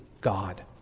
God